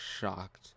shocked